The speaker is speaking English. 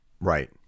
Right